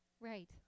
Right